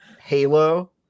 Halo